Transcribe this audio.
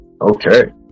Okay